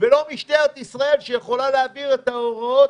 ולא משטרת ישראל שיכולה להעביר את ההוראות